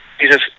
Jesus